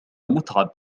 متعب